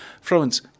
Florence